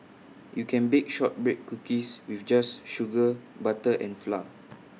you can bake Shortbread Cookies just with sugar butter and flour